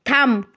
থাম